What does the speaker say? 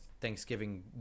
Thanksgiving